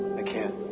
i can't.